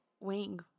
wing